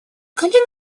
коллегам